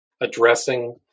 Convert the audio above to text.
addressing